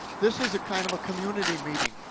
this is kind of a community meeting.